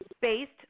based